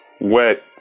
wet